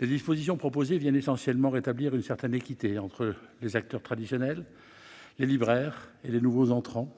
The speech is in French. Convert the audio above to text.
Les dispositions proposées visent essentiellement à rétablir une certaine équité entre les acteurs traditionnels, les libraires et les nouveaux entrants, à savoir